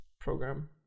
program